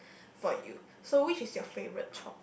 for you so which is your favorite chore